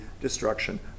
destruction